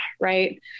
right